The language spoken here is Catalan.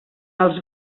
els